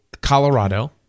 Colorado